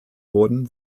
wurden